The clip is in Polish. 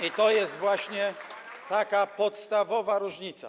I to jest właśnie taka podstawowa różnica.